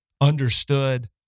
understood